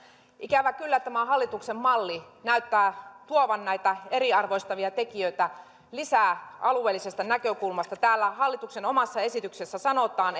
ikävä kyllä tämä hallituksen malli näyttää tuovan näitä eriarvoistavia tekijöitä lisää alueellisesta näkökulmasta täällä hallituksen omassa esityksessä sanotaan